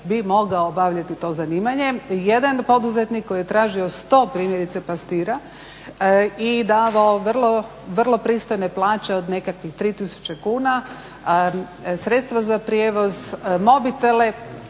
bi mogli obavljati to zanimanje. 1 poduzetnik koji je tražio 100 primjerice pastira i davao vrlo pristojne plaće od nekakvih 3000 kuna, sredstva za prijevoz, mobitele,